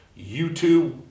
YouTube